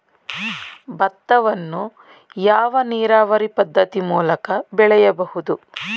ಭತ್ತವನ್ನು ಯಾವ ನೀರಾವರಿ ಪದ್ಧತಿ ಮೂಲಕ ಬೆಳೆಯಬಹುದು?